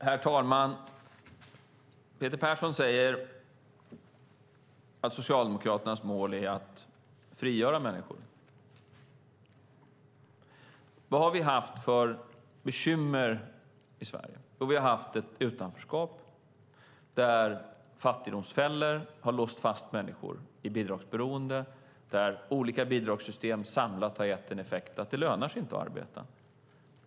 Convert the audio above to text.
Herr talman! Peter Persson säger att Socialdemokraternas mål är att frigöra människor. Vad har vi haft för bekymmer i Sverige? Jo, vi har haft ett utanförskap där fattigdomsfällor har låst fast människor i bidragsberoende och där olika bidragssystem samlat har gett en effekt att det inte lönar sig att arbeta.